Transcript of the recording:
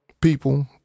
people